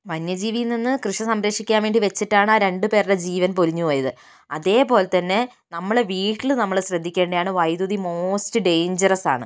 വന്യ ജീവിയിൽ നിന്ന് കൃഷി സംരക്ഷിക്കാൻ വേണ്ടി വെച്ചിട്ടാണ് ആ രണ്ട്പേരുടെ ജീവൻ പൊലിഞ്ഞു പോയത് അതേ പോലെ തന്നെ നമ്മള് വീട്ടിൽ നമ്മള് ശ്രദ്ധിക്കേണ്ടതാണ് വൈദ്യുതി മോസ്റ്റ് ഡെയിഞ്ചറസ് ആണ്